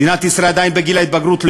מדינת ישראל עדיין בגיל ההתבגרות,